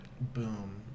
Boom